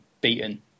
beaten